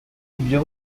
ibyo